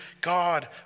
God